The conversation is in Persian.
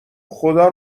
خدا